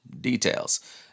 details